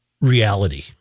reality